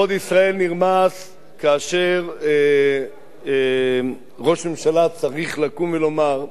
כבוד ישראל נרמס כאשר ראש הממשלה צריך לקום ולומר,